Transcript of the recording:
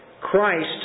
Christ